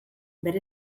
bere